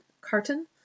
carton